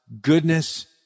goodness